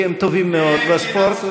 כי הם טובים מאוד בספורט.